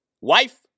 wife